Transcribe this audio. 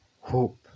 hope